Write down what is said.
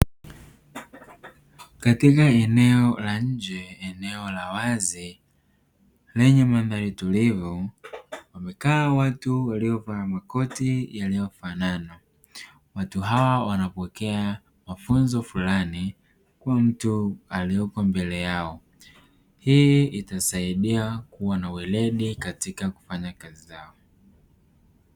Katika eneo la nje, eneo la wazi lenye mandhari tulivu wamekaa watu waliovaa makoti yaliyofanana. Watu hawa wanapokea mafunzo fulani kwa mtu aliyeko mbele yao. Hii itasaidia kuwa na weledi katika kufanya kazi zao.